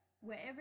wherever